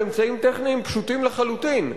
באמצעים טכניים פשוטים לחלוטין,